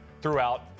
throughout